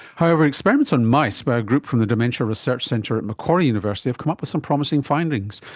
however, experiments on mice by a group from the dementia research centre at macquarie university have come up with some promising findings.